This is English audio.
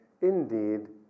indeed